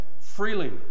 freely